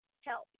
help